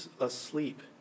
asleep